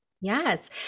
Yes